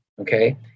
Okay